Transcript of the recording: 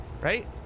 Right